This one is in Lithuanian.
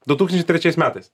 du tūkstančiai trečiais metais